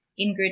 ingrid